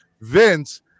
Vince